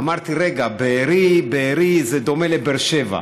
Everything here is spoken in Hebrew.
אמרתי: רגע, בארי זה דומה לבאר שבע,